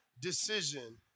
decision